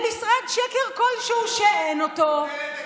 למשרד שקר כלשהו, שאין אותו.